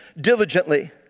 diligently